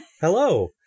Hello